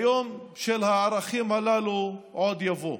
היום של הערכים הללו עוד יבוא.